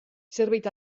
zerbait